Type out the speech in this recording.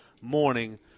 morning